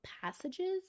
passages